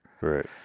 Right